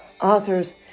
authors